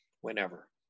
whenever